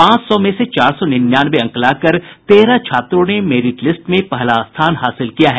पांच सौ में से चार सौ निन्यानवे अंक लाकर तेरह छात्रों ने मेरिट लिस्ट में पहला स्थान हासिल किया है